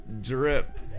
drip